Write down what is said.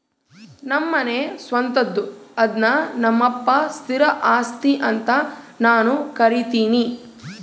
ನಮ್ಮನೆ ಸ್ವಂತದ್ದು ಅದ್ನ ನಮ್ಮಪ್ಪನ ಸ್ಥಿರ ಆಸ್ತಿ ಅಂತ ನಾನು ಕರಿತಿನಿ